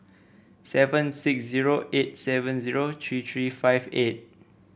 seven six zero eight seven zero three three five eight